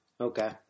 Okay